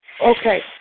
Okay